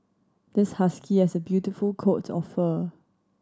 this husky has a beautiful coat of fur